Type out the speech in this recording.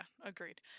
Agreed